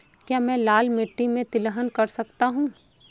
क्या मैं लाल मिट्टी में तिलहन कर सकता हूँ?